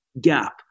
gap